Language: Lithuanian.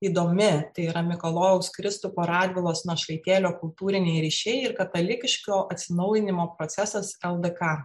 įdomi tai yra mikalojaus kristupo radvilos našlaitėlio kultūriniai ryšiai ir katalikiško atsinaujinimo procesas ldk